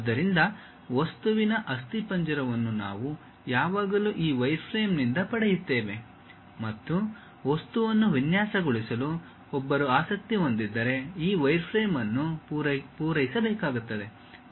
ಆದ್ದರಿಂದ ವಸ್ತುವಿನ ಅಸ್ಥಿಪಂಜರವನ್ನು ನಾವು ಯಾವಾಗಲೂ ಈ ವೈರ್ಫ್ರೇಮ್ನಿಂದ ಪಡೆಯುತ್ತೇವೆ ಮತ್ತು ವಸ್ತುವನ್ನು ವಿನ್ಯಾಸಗೊಳಿಸಲು ಒಬ್ಬರು ಆಸಕ್ತಿ ಹೊಂದಿದ್ದರೆ ಈ ವೈರ್ಫ್ರೇಮ್ ಅನ್ನು ಪೂರೈಸಬೇಕಾಗುತ್ತದೆ